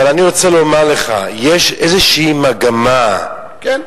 אבל אני רוצה לומר לך שיש איזושהי מגמה, כן.